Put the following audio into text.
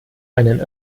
einen